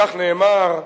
כך נאמר: